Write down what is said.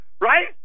Right